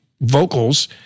vocals